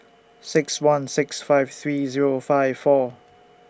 six one six five three Zero five four